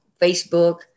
Facebook